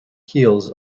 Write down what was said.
heels